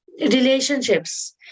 relationships